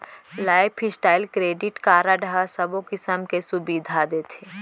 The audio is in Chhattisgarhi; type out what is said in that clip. लाइफ स्टाइड क्रेडिट कारड ह सबो किसम के सुबिधा देथे